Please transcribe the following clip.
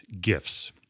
gifts